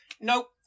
nope